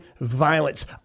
violence